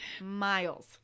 miles